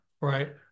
Right